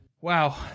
Wow